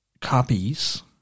copies